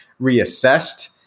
reassessed